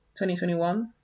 2021